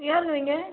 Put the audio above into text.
யாருங்க நீங்கள்